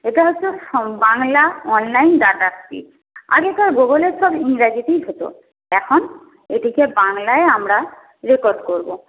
এটা হচ্ছে Bangla online data entry আগে তো গুগলের সব ইংরাজিতেই হতো এখন এটিকে বাংলায় আমরা রেকর্ড করবো